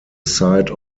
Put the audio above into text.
site